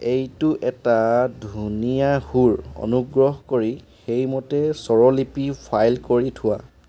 এইটো এটা ধুনীয়া সুৰ অনুগ্ৰহ কৰি সেইমতে স্বৰলিপি ফাইল কৰি থোৱা